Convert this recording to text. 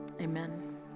Amen